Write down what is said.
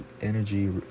energy